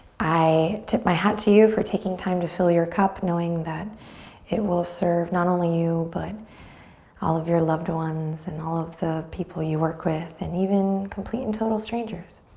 i tip my hat to you for taking time to fill your cup knowing that it will serve not only you but all of your loved ones and all of the people you work with and even complete and total strangers.